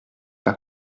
pas